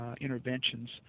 interventions